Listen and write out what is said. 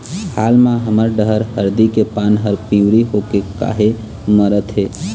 हाल मा हमर डहर हरदी के पान हर पिवरी होके काहे मरथे?